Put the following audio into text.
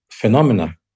phenomena